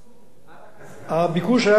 אז למה היה מחסור?